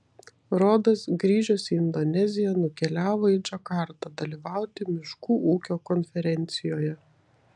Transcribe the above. rodas grįžęs į indoneziją nukeliavo į džakartą dalyvauti miškų ūkio konferencijoje